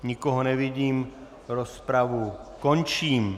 Nikoho nevidím, rozpravu končím.